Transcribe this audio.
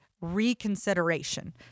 reconsideration